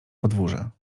podwórze